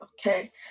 okay